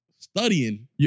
studying